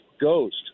Ghost